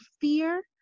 fear